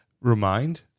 remind